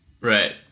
Right